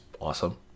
awesome